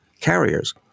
carriers